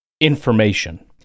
information